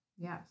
Yes